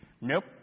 Nope